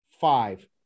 five